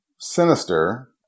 sinister